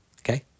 okay